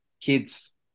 kids